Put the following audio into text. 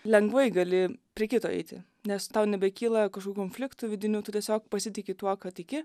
lengvai gali prie kito eiti nes tau nebekyla kažkokių konfliktų vidinių tu tiesiog pasitiki tuo kad tiki